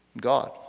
God